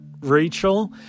Rachel